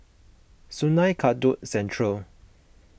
Sungei Kadut Central